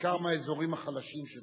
בעיקר באזורים החלשים של תל-אביב.